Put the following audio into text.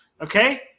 okay